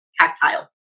tactile